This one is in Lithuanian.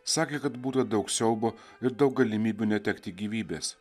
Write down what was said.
sakė kad būta daug siaubo ir daug galimybių netekti gyvybės